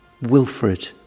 Wilfred